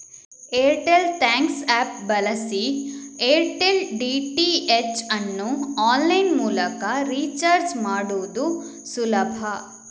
Airtel thanks app ಬಳಸಿ Airtel DTH ಅನ್ನು online ಮೂಲಕ ರೀಚಾರ್ಜ್ ಮಾಡುದು ಸುಲಭ